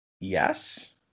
yes